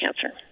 cancer